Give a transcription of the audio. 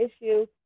issue